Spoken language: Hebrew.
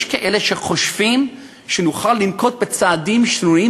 יש כאלה שחושבים שנוכל לנקוט צעדים שנויים